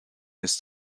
ist